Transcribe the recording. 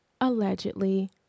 allegedly